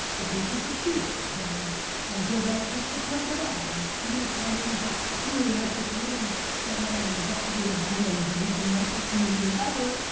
the patriots are cheaters and and bill belichick's a terrible guy and even though tom brady's like clearly and i've like literally spent money on investigative journalism, he's the nicest human being ever.